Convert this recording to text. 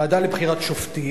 הוועדה לבחירת שופטים.